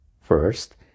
First